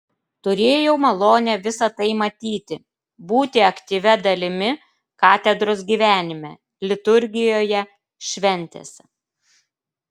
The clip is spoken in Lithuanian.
turėjau malonę visa tai matyti būti aktyvia dalimi katedros gyvenime liturgijoje šventėse